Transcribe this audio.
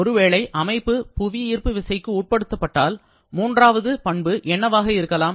ஒருவேளை அமைப்பு புவியீர்ப்பு விசைக்கு உட்படுத்தப்பட்டால் மூன்றாவது பண்பு என்னவாக இருக்கலாம்